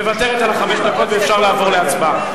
מוותרת על חמש הדקות ואפשר לעבור להצבעה.